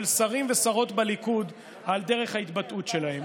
שרים ושרות בליכוד ועל דרך ההתבטאות שלהם.